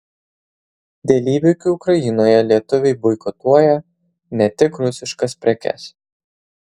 dėl įvykių ukrainoje lietuviai boikotuoja ne tik rusiškas prekes